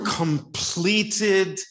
completed